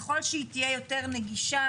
ככל שהיא תהיה יותר נגישה,